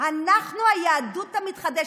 אנחנו היהדות המתחדשת.